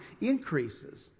increases